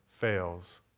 fails